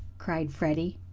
cried freddie.